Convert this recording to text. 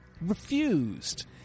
refused